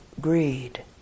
greed